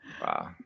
Wow